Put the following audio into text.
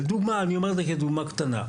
אני אומר את זה כדוגמה קטנה.